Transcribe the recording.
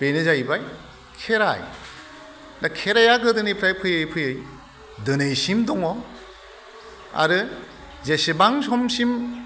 बेनो जाहैबाय खेराय दा खेराया गोदोनिफ्राय फैयै फैयै दिनैसिम दङ आरो जेसेबां समसिम